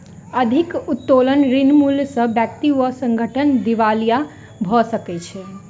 अधिक उत्तोलन ऋण मूल्य सॅ व्यक्ति वा संगठन दिवालिया भ सकै छै